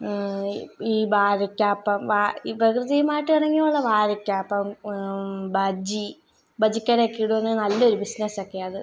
ഈ വാഴയ്ക്കാ അപ്പം ഈ പ്രകൃതിയുമായിട്ട് ഇണങ്ങിയുള്ള വാഴയ്ക്ക അപ്പം ബജി ബജിക്കടയൊക്കെ ഇടുവാന്നേ നല്ലൊരു ബിസിനസ്സ് ഒക്കെയാണ് അത്